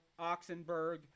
Oxenberg